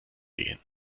gehen